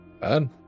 Bad